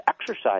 exercise